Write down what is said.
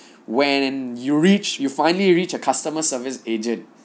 when you reach you finally reach a customer service agent